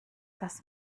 das